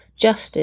justice